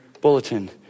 bulletin